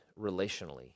relationally